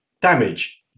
damage